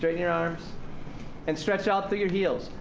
your your arms and stretch out through your heels.